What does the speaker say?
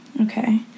Okay